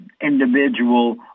individual